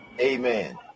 Amen